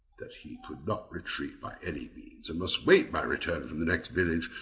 that he could not retreat by any means, and must wait my return from the next village,